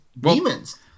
demons